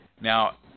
Now